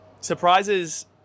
Surprises